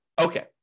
Okay